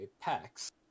packs